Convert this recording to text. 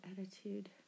attitude